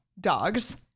dogs